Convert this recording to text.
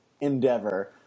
endeavor